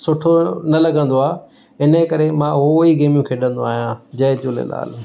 सुठो न लॻंदो आहे इन करे मां उहे ई गेमियूं खेॾंदो आहियां जय झूलेलाल